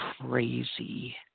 crazy